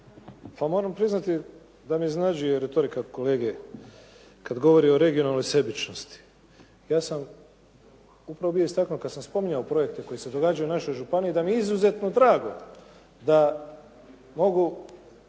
Pa moram priznati da me iznenađuje retorika kolege kada govori o regionalnoj sebičnosti. Ja sam upravo bio istaknuo kada sam spominjao projekte koji se događaju u našoj županiji da mi je izuzetno drago da mogu